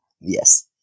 Yes